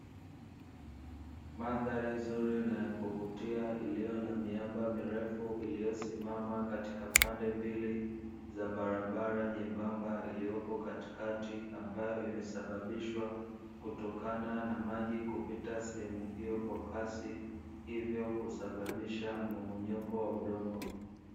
Mandhari nzuri na ya kuvutia iliyo na miamba mirefu iliyosimama katika pande mbili za barabara nyembamba, iliyopo katikati ambayo imesababishwa kutokana na maji kupita sehemu hiyo kwa kasi, hivyo kusababisha mmomonyoko wa udongo.